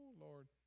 Lord